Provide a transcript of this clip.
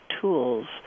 tools